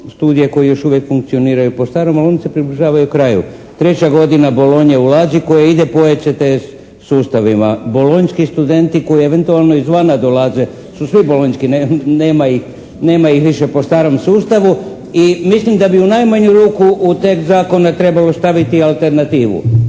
studije koji još uvijek funkcioniraju po starom ali oni se približavaju kraju. Treća godina Bolonje ulazi, koje ide po ECTS sustavima. Bolonjski studenti koji eventualno izvana dolaze, su svi bolonjski, nema ih više po starom sustavu. I mislim da bi u najmanju ruku u tekst zakona trebalo staviti alternativu